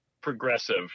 progressive